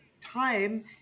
time